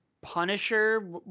Punisher